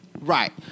Right